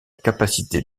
capacité